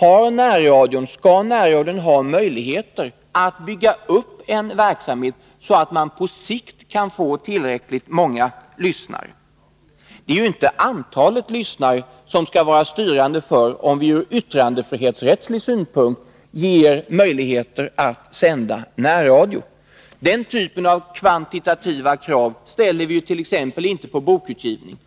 om närradion har möjligheter 2 juni 1982 att bygga upp en verksamhet så att man på sikt kan få tillräckligt många lyssnare. Det är emellertid i och för sig inte antalet lyssnare som skall vara — Närradioverksamstyrande för om vi ur yttrandefrihetssynpunkt skall möjliggöra närradiohet sändningar. Den typen av kvantitativa krav ställer vi t.ex. inte på bokutgivningen.